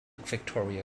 victoria